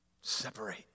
Separate